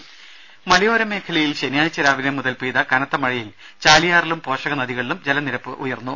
ദേദ മലയോരമേഖലയിൽ ശനിയാഴ്ച രാവിലെമുതൽ പെയ്ത കനത്ത മഴയിൽ ചാലിയാറിലും പോഷകനദികളിലും ജലനിരപ്പുയർന്നു